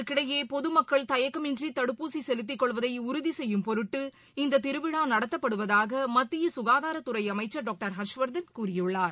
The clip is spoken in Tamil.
இதற்கிடையே பொதுமக்கள் தயக்கமின்றி தடுப்பாது சி செலுத்திக் கொள்வதை உறுதபி செய்ய ம் பொருட்டு இந்த தி ருவி ழா நடத்தப்படுவதாக மத்திய சுகாதாரத் துறை அமைச்சர் டாக்டர் ஹர்ஷ்வர்தன் கூறியள்ளார்